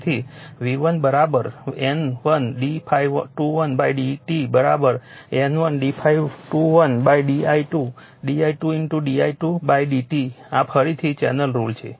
તેથી V1 N1 d ∅21 dt N1 d ∅21 di2 di2 di2 dt આ ફરીથી chain rule છે